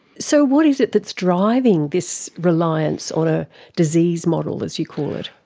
so what is it that's driving this reliance on a disease model, as you call it?